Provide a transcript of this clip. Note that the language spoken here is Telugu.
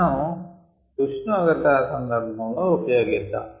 మనం ఉష్ణోగ్రత సందర్భం లో ఉపయోగిద్దాం